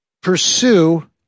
pursue